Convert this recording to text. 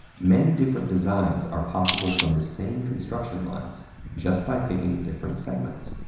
many different designs are possible from the same construction lines just by picking different segments.